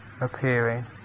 appearing